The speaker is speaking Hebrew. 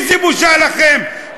איזה בושה לכם.